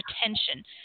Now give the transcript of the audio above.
attention